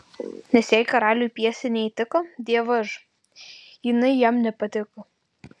nes jei karaliui pjesė neįtiko dievaž jinai jam nepatiko